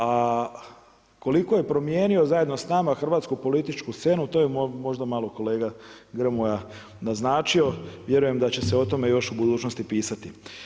A koliko je promijenio zajedno s nama hrvatsku političku scenu to je možda malo kolega Grmoja naznačio, vjerujem da će se o tome još u budućnosti pisati.